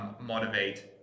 motivate